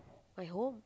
my home